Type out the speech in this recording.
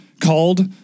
called